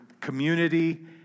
community